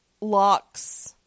locks